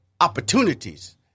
opportunities